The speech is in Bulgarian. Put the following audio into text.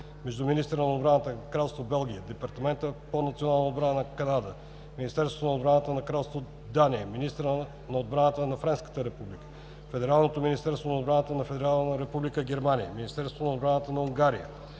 между министъра на отбраната на Кралство Белгия, Департамента по националната отбрана на Канада, Министерството на отбраната на Кралство Дания, министъра на отбраната на Френската република, Федералното министерство на отбраната на Федерална република Германия, Министерството на отбраната на Унгария,